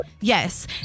Yes